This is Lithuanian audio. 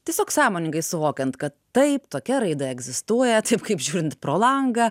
tiesiog sąmoningai suvokiant kad taip tokia raida egzistuoja taip kaip žiūrint pro langą